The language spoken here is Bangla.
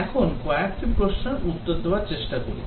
এখন কয়েকটি প্রশ্নের উত্তর দেওয়ার চেষ্টা করি